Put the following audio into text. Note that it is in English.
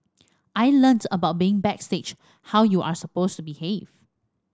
I learnt about being backstage how you are supposed to behave